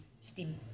steam